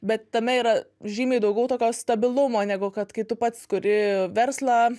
bet tame yra žymiai daugiau tokio stabilumo negu kad kai tu pats turi verslą